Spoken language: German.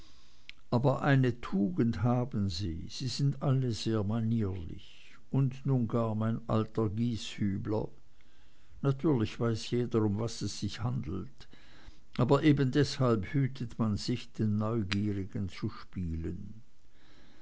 aber eine tugend haben sie sie sind alle sehr manierlich und nun gar mein alter gieshübler natürlich weiß jeder um was sich's handelt aber eben deshalb hütet man sich den neugierigen zu spielen